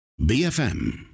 bfm